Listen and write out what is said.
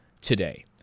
today